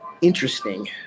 interesting